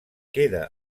queda